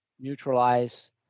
neutralize